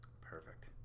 perfect